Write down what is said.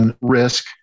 risk